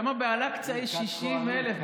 למה באל-אקצא יש 60,000?